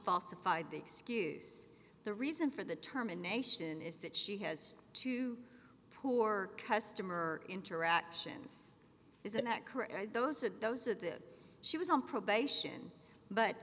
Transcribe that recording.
falsified the excuse the reason for the term in nation is that she has to poor customer interactions isn't that correct those are those are the she was on probation but